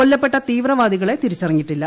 കൊല്ലുട്ടിപ്പട്ട തീവ്രവാദികളെ തിരിച്ചറിഞ്ഞിട്ടില്ല